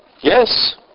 Yes